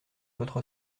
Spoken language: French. votre